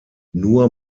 nur